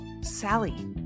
Sally